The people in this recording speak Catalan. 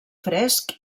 fresc